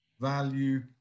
Value